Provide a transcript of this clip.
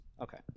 Okay